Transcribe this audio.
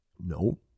No